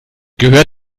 gehört